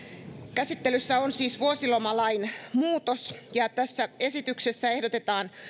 käsittelyssä on siis vuosilomalain muutos tässä esityksessä ehdotetaan